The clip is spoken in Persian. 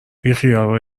بیخیال